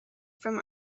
from